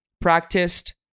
practiced